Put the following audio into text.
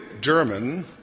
German